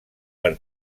per